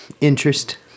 interest